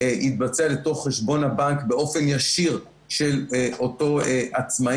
יתבצע לתוך חשבון הבנק של אותו עצמאי